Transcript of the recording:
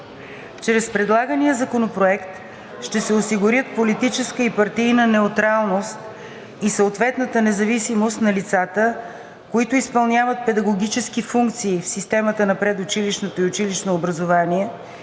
Чрез предлагания законопроект ще се осигурят политическа и партийна неутралност и съответната независимост на лицата, които изпълняват педагогически функции в системата на предучилищното и училищното образование